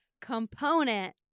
component